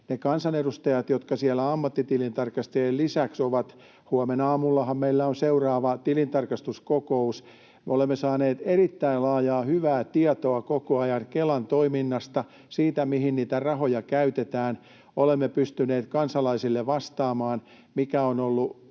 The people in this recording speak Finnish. kansanedustajat, jotka siellä ammattitilintarkastajien lisäksi ovat — huomenaamullahan meillä on seuraava tilintarkastuskokous — ovat saaneet erittäin laajaa, hyvää tietoa koko ajan Kelan toiminnasta, siitä, mihin niitä rahoja käytetään — olemme pystyneet kansalaisille vastaamaan — mikä on ollut